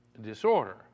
disorder